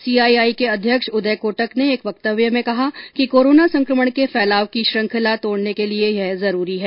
CII के अध्यक्ष उदय कोटक ने एक वक्तव्य में कहा कि कोरोना संकमण के फैलाव की श्रृंखला तोड़ने के लिए यह जरूरी है